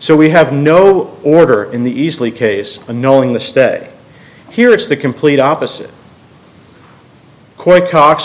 so we have no order in the easily case and knowing the stay here it's the complete opposite quit cox